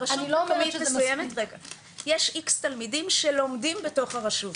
ברשות מסוימת יש איקס תלמידים שלומדים בתוך הרשות,